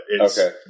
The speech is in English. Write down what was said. Okay